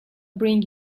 bring